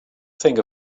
think